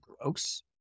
gross